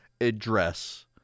address